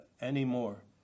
anymore